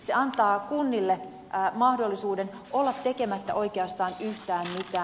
se antaa kunnille mahdollisuuden olla tekemättä oikeastaan yhtään mitään